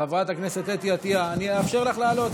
חברת הכנסת אתי עטייה, אני אאפשר לך לעלות.